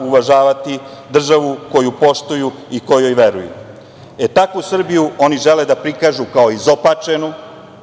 uvažavati, državu koju poštuju i kojoj veruju.E, takvu Srbiju oni žele da prikažu kao izopačenu,